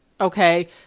okay